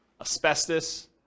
asbestos